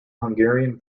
hungarian